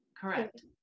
correct